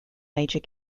major